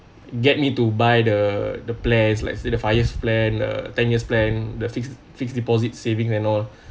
get me to buy the the plans like the five years plan uh ten years plan the fixed fixed deposit savings and all